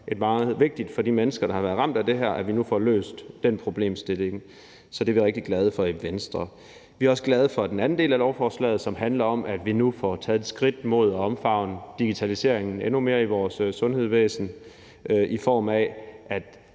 mindre meget vigtigt for de mennesker, der har været ramt af det her, at vi nu får løst den problemstilling. Så det er vi rigtig glade for i Venstre. Vi er også glade for den anden del af lovforslaget, som handler om, at vi nu får taget et skridt mod at omfavne digitaliseringen endnu mere i vores sundhedsvæsen, i form af at